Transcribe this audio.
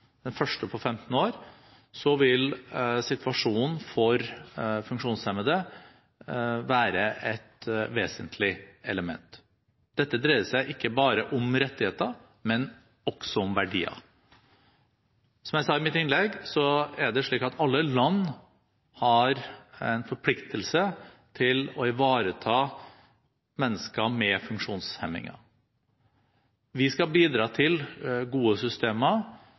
den første på 15 år – vil situasjonen for funksjonshemmede være et vesentlig element. Dette dreier seg ikke bare om rettigheter, men også om verdier. Som jeg sa i mitt innlegg, er det slik at alle land har en forpliktelse til å ivareta mennesker med funksjonshemninger. Vi skal bidra til gode systemer